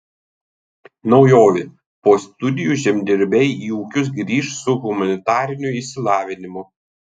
naujovė po studijų žemdirbiai į ūkius grįš su humanitariniu išsilavinimu